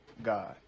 god